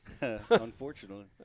Unfortunately